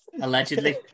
allegedly